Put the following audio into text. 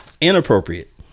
inappropriate